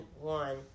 one